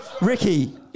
Ricky